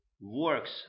works